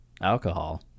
alcohol